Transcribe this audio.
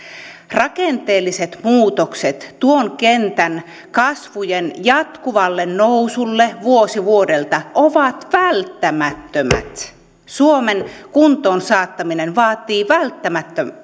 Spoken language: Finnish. rakenteelliset muutokset tuon kentän kasvun jatkuvalle nousulle vuosi vuodelta ovat välttämättömät suomen kuntoon saattaminen vaatii välttämättä